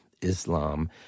Islam